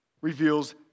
reveals